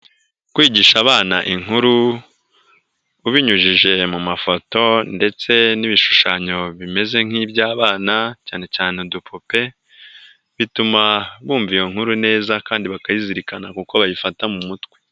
Kwigisha abana inkuru ubinyujije mu mafoto ndetse n'ibishushanyo bimeze nk'iby'abana cyane cyane udupupe bituma bumva iyo nkuru neza kandi bakayizirikana kuko bayifata mu mutwe.